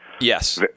Yes